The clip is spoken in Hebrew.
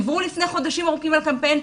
דיברו לפני חודשים ארוכים על קמפיין,